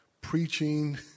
preaching